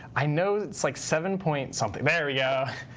i know it's like seven point something. there yeah